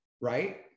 right